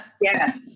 yes